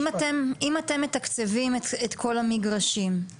אם אתם מתקצבים את כל המגרשים,